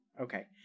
okay